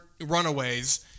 runaways